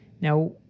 Now